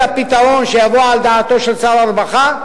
לפתרון שיבוא על דעתו של שר הרווחה,